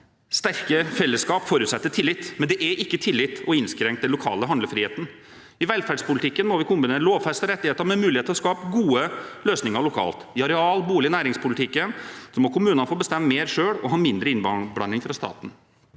sterke fellesskap forutsetter tillit, men det er ikke tillit å innskrenke den lokale handlefriheten. I velferdspolitikken må vi kombinere lovfestede rettigheter med mulighet til å skape gode løsninger lokalt. I areal-, bolig- og næringspolitikken må kommunene få bestemme mer selv og ha mindre innblanding fra staten.